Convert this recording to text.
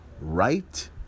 right